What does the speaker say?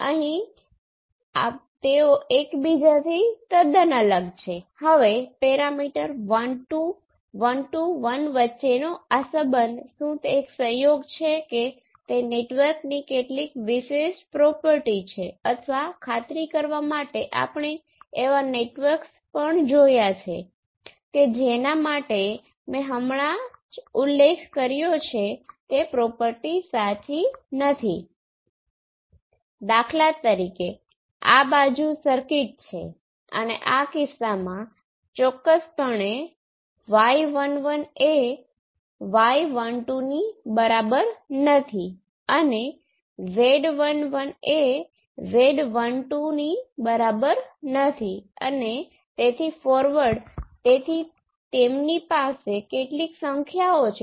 અલબત્ત op amp નું વિશ્લેષણ કરવા દો કે જે અગાઉની સર્કિટનો એક ખૂબ જ નાનો ફેરફાર છે